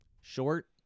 Short